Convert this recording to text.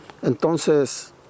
entonces